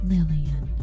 Lillian